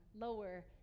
lower